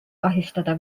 kahjustada